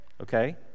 Okay